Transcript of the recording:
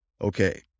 okay